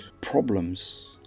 Problems